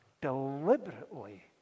deliberately